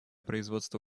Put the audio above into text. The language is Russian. производства